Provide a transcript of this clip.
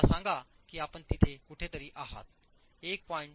आम्हाला सांगा की आपण तिथे कुठेतरी आहात 1